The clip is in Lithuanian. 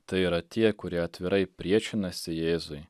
tai yra tie kurie atvirai priešinasi jėzui